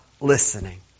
listening